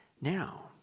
Now